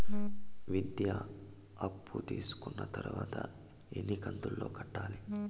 విద్య అప్పు తీసుకున్న తర్వాత ఎన్ని కంతుల లో కట్టాలి?